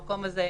המקום הזה מפר.